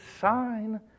sign